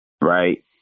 right